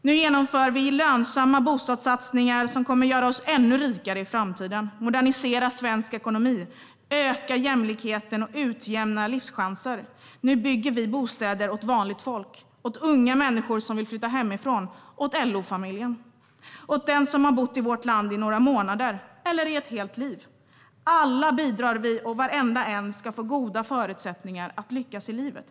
Vi genomför nu lönsamma bostadssatsningar som kommer att göra oss ännu rikare i framtiden, modernisera svensk ekonomi, öka jämlikheten och utjämna livschanser. Nu bygger vi bostäder åt vanligt folk, åt unga människor som vill flytta hemifrån, åt LO-familjen, åt den som har bott i vårt land i några månader eller i ett helt liv. Alla bidrar vi, och varenda en ska få goda förutsättningar att lyckas i livet.